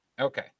Okay